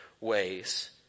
ways